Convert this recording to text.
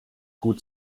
gut